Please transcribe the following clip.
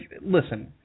listen